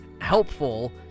helpful